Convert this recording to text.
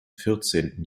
vierzehnten